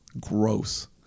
gross